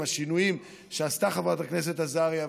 עם השינויים שעשתה חברת הכנסת עזריה,